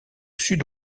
sud